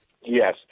Yes